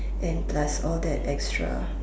and plus all that extra